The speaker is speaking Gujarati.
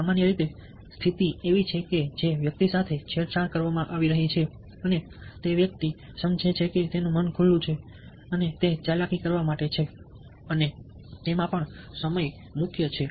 સામાન્ય રીતે સ્થિતિ એવી છે કે જે વ્યક્તિ સાથે છેડછાડ કરવામાં આવી રહી છે તે સમજે છે કે તેનું મન ખુલ્લું છે અને તે ચાલાકી કરવા માટે છે અને સમય મુખ્ય છે